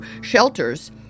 shelters